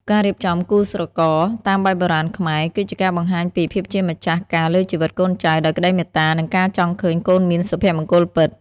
ការរៀបចំគូស្រករតាមបែបបុរាណខ្មែរ គឺជាការបង្ហាញពី "ភាពជាម្ចាស់ការលើជីវិតកូនចៅ" ដោយក្តីមេត្តា និងការចង់ឃើញកូនមានសុភមង្គលពិត។